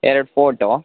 ಎರಡು ಫೋಟೋ